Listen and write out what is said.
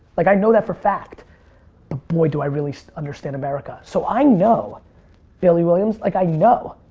like, i know that for fact but, boy, do i really understand america. so i know billy williams, like i know,